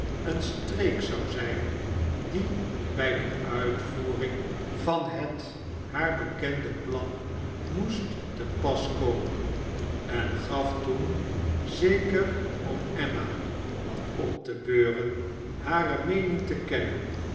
een streek zou zijn die bij de uitvoering van het haar bekende plan moest te pas komen en gaf toen zeker om emma wat op te beuren hare meening te kennen